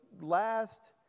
last